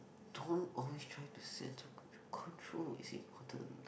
don't always try to is important